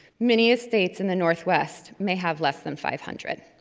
many of states in the northwest may have less than five hundred.